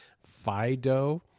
Fido